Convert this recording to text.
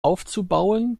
aufzubauen